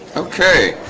okay